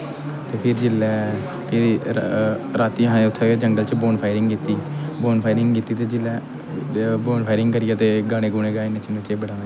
फिर जिसलै फिरी रातीं आहें उत्थै जंगल च बोन फाइर कित्ती ते जिसलै बोन फायर करियै गाने गुने गाये ते फिरी नचचे नुच्चे बड़ा मजा आया